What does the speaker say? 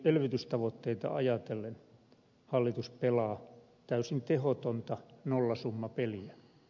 elvytystavoitteita ajatellen hallitus pelaa täysin tehotonta nollasummapeliä